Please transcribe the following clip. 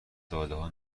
دادهها